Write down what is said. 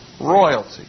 royalty